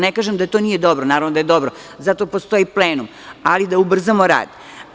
Ne kažem da to nije dobro, naravno da je dobro, zato postoji plenum, ali da ubrzamo rad.